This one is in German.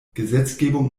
gesetzgebung